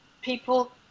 people